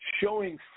showing